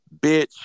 Bitch